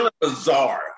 bizarre